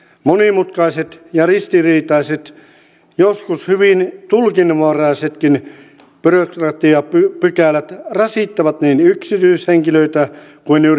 monimutkaiset ja ristiriitaiset joskus hyvin tulkinnanvaraisetkin byrokratiapykälät rasittavat niin yksityishenkilöitä kuin yrityksiä